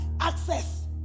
access